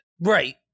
Right